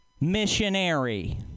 Missionary